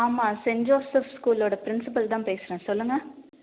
ஆமாம் saint Joseph ஸ்கூலோடய principal தான் பேசுகிறன் சொல்லுங்கள்